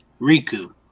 Riku